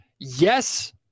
Yes